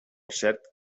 cert